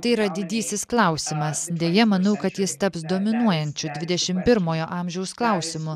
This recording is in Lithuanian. tai yra didysis klausimas deja manau kad jis taps dominuojančiu dvidešimt pirmojo amžiaus klausimu